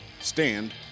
Stand